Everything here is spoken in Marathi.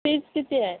फीज किती आहे